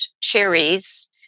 cherries